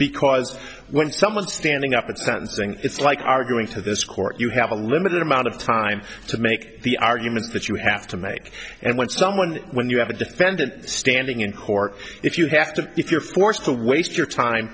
because when someone standing up at sentencing it's like arguing to this court you have a limited amount of time to make the argument that you have to make and when someone when you have a defendant standing in court if you have to if you're forced to waste your time